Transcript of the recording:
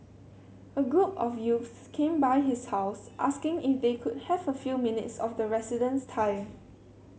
a group of youths came by his house asking if they could have a few minutes of the resident's time